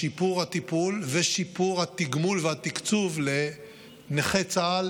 שיפור הטיפול ושיפור התגמול והתקצוב לנכי צה"ל